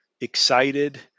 excited